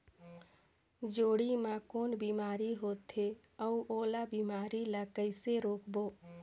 जोणी मा कौन बीमारी होथे अउ ओला बीमारी ला कइसे रोकबो?